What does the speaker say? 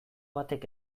batek